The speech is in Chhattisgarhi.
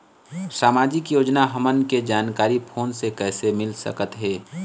सामाजिक योजना हमन के जानकारी फोन से कइसे मिल सकत हे?